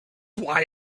why